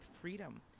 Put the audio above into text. freedom